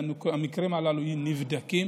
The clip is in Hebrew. והמקרים הללו נבדקים.